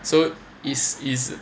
so is is